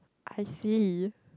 I see